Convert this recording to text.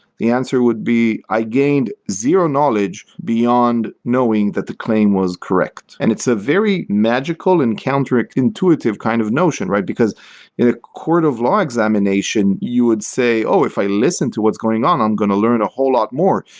the answer would be, i gained zero-knowledge beyond knowing that the claim was correct, and it's a very magical and counterintuitive kind of notion, because in a court of law examination you would say, oh, if i listened to what's going on, i'm going to learn a whole lot more.